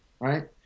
right